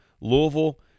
Louisville